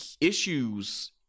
issues